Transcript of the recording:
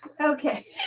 okay